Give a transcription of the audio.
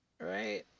Right